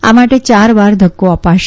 આ માટે ચારવાર ધક્કો અપાશે